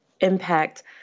impact